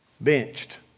Benched